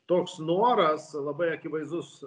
toks noras labai akivaizdus